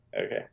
okay